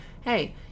hey